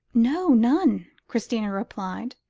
no none, christina replied.